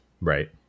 Right